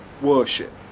worship